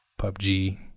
PUBG